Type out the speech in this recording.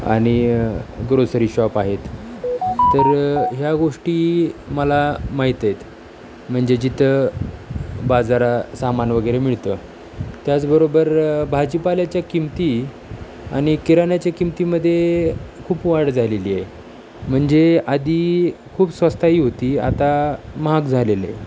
आणि grocery shop आहेत तर ह्या गोष्टी मला माहीत आहेत म्हणजे जिथं बाजारसामान वगैरे मिळतं त्याचबरोबर भाजीपाल्याच्या किंमती आणि किराणाच्या किमतीमध्ये खूप वाढ झालेली आहे म्हणजे आधी खूप स्वस्ताई होती आता महाग झालेलं आहे